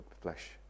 flesh